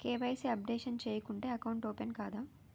KYC updation చేయకుంటే account open కాదా?